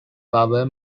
power